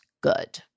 good